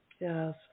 Yes